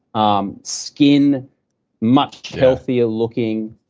um skin much healthier looking,